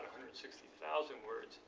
sixty thousand words.